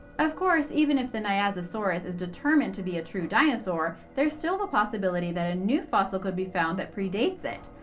of course, even if the nyasasaurus is determined to be a true dinosaur, there's still the possibility that a new fossil could be found that predates it.